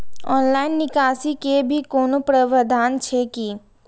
Online निकासी के भी कोनो प्रावधान छै की?